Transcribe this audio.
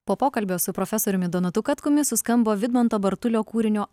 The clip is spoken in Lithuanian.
po pokalbio su profesoriumi donatu katkumi suskambo vidmanto bartulio kūrinio